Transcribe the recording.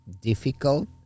difficult